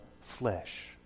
flesh